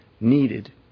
needed